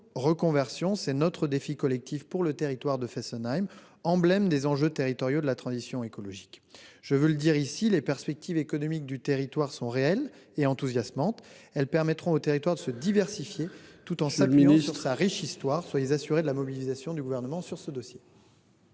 reconversion : c'est notre défi collectif pour le territoire de Fessenheim, emblème des enjeux territoriaux de la transition écologique. Je veux le dire ici : les perspectives économiques du territoire sont réelles et enthousiasmantes. Elles permettront au territoire de se diversifier tout en s'appuyant sur sa riche histoire dans le nucléaire. Soyez assuré, monsieur le sénateur, de la mobilisation du Gouvernement sur ce dossier.